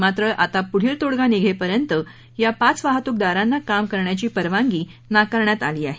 मात्र आता पुढील तोडगा निघेपर्यंत या पाच वाहतूकदारांना काम करण्याची परवानगी नाकारण्यात आली आहे